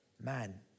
man